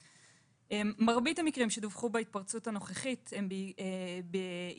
מרבית המקרים שדווחו בהתפרצות הנוכחית הם בעקבות